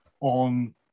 on